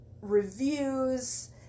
reviews